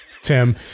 Tim